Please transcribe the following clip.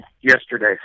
yesterday